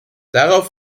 darauf